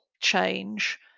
change